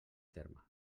terme